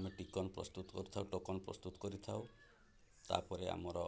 ଆମେ ଟିକନ ପ୍ରସ୍ତୁତ କରିଥାଉ ଟୋକନ୍ ପ୍ରସ୍ତୁତ କରିଥାଉ ତାପରେ ଆମର